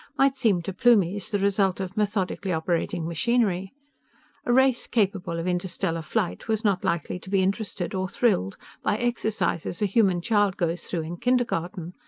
might seem to plumies the result of methodically operating machinery. a race capable of interstellar flight was not likely to be interested or thrilled by exercises a human child goes through in kindergarten.